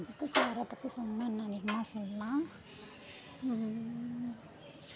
அஜித் சாரை பற்றி சொல்லனுன்னா இன்னும் அதிகமாக சொல்லலாம்